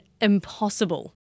impossible